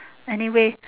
anyway